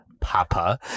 Papa